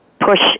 Push